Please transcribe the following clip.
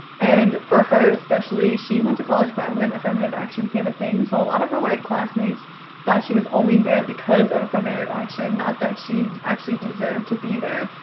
and for her especially, she went to college right when affirmative action became a thing so a lot of her white classmates thought she was only there because of affirmative action, not that she actually deserved to be there,